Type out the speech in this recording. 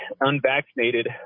unvaccinated